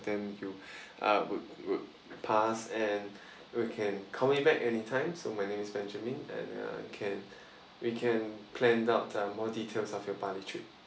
them you uh would would pass and you can call me back anytime so my name is benjamin and uh can we can plan out uh more details of your bali trip